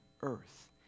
earth